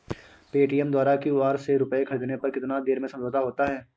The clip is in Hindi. पेटीएम द्वारा क्यू.आर से रूपए ख़रीदने पर कितनी देर में समझौता होता है?